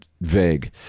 vague